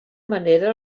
manera